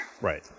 Right